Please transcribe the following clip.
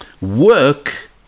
work